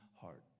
heart